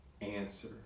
answer